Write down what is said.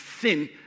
sin